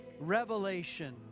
revelation